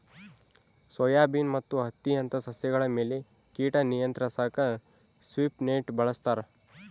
soybean ಮತ್ತು ಹತ್ತಿಯಂತ ಸಸ್ಯಗಳ ಮೇಲೆ ಕೀಟ ನಿಯಂತ್ರಿಸಾಕ ಸ್ವೀಪ್ ನೆಟ್ ಬಳಸ್ತಾರ